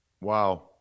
Wow